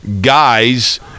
guys